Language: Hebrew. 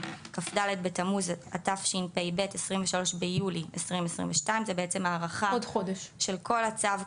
כ"ד בתמוז התשפ"ב (23 ביולי 2022)". זה בעצם הארכה של כל הצו,